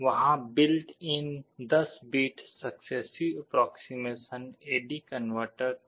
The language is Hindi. वहाँ built in 10 bit successive approximation A D converter था